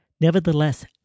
Nevertheless